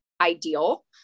ideal